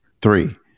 Three